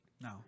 No